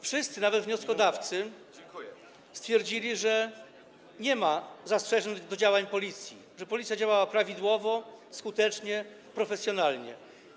Wszyscy, nawet wnioskodawcy, stwierdzili, że nie ma zastrzeżeń do działań policji, że policja działała prawidłowo, skutecznie, profesjonalnie.